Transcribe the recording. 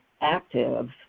active